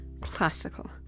classical